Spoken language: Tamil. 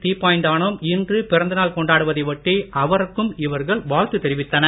தீப்பாய்ந்தானும் இன்று பிறந்த நாள் கொண்டாடுவதை ஒட்டி அவருக்கும் இவர்கள் வாழ்த்து தெரிவித்தனர்